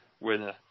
winner